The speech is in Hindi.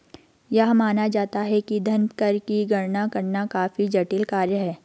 यह माना जाता है कि धन कर की गणना करना काफी जटिल कार्य है